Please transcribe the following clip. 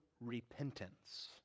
repentance